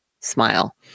smile